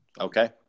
Okay